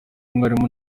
umwarimu